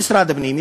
למשרד הפנים,